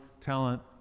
talent